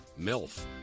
MILF